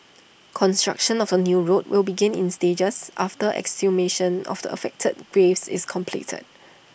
construction of the new road will begin in stages after exhumation of the affected graves is completed